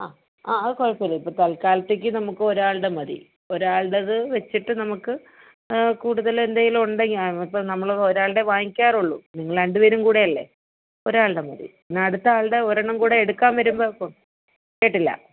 അ അത് കുഴപ്പമില്ല ഇപ്പം തത്കാലത്തേക്ക് നമുക്ക് ഒരാളുടെ മതി ഒരാളുടേത് വെച്ചിട്ട് നമുക്ക് കൂടുതൽ എന്തെങ്കിലും ഉണ്ടെങ്കിൽ ആ ഇപ്പോൾ നമ്മൾ ഒരാളുടേത് വാങ്ങിക്കാറുള്ളൂ നിങ്ങൾ രണ്ടുപേരും കൂടെയല്ലേ ഒരാളുടെ മതി എന്നാൽ അടുത്ത ആളുടെ ഒരെണ്ണം കൂടെ എടുക്കാൻ വരുമ്പോൾ അപ്പോൾ കേട്ടില്ല